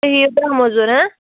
تُہۍ یِیُو داہ مُزوٗر ہہ